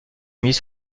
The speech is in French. mis